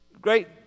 Great